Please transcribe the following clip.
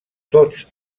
tots